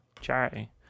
charity